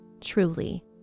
truly